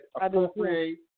appropriate